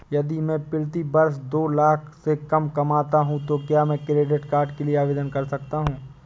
यदि मैं प्रति वर्ष दो लाख से कम कमाता हूँ तो क्या मैं क्रेडिट कार्ड के लिए आवेदन कर सकता हूँ?